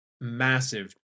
massive